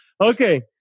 Okay